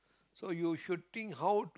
so you should think how